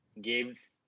games